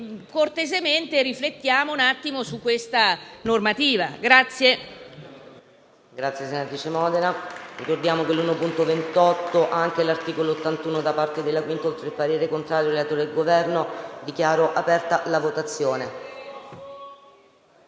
cortesemente, riflettiamo un attimo su questa normativa.